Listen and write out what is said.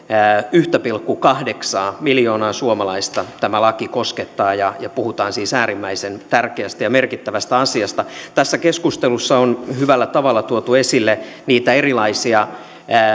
yksi pilkku kahdeksan miljoonaa suomalaista tämä laki koskettaa ja puhutaan siis äärimmäisen tärkeästä ja merkittävästä asiasta tässä keskustelussa on hyvällä tavalla tuotu esille niitä erilaisia